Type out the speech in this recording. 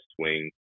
swing